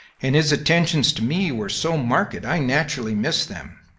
and his attentions to me were so marked i naturally miss them.